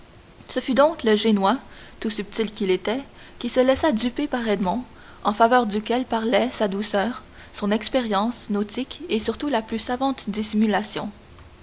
ce fut donc le génois tout subtil qu'il était qui se laissa duper par edmond en faveur duquel parlaient sa douceur son expérience nautique et surtout la plus savante dissimulation